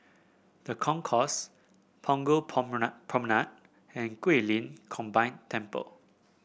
The Concourse Punggol Promenade and Guilin Combined Temple